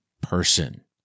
person